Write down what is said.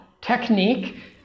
technique